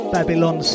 Babylon